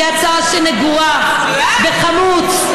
היא הצעה שנגועה בחמוץ,